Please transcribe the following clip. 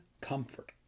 Comfort